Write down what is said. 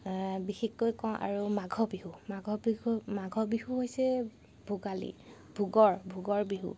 বিশেষকৈ কওঁ আৰু মাঘ বিহু মাঘ বিহু মাঘ বিহু হৈছে ভোগালী ভোগৰ বিহু